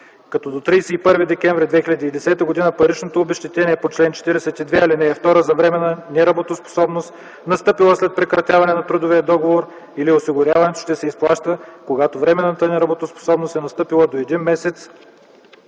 Като до 31 декември 2010 г. паричното обезщетение по чл. 42, ал. 2 за временна неработоспособност, настъпила след прекратяване на трудовия договор или осигуряването, ще се изплаща, когато временната неработоспособност е настъпила до 1 месец